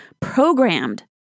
programmed